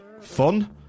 fun